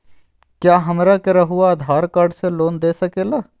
क्या हमरा के रहुआ आधार कार्ड से लोन दे सकेला?